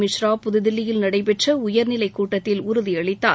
மிஸ்ரா புதுதில்லியில் நடைபெற்ற உயர்நிலைக் கூட்டத்தில் உறுதியளித்தார்